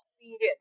experience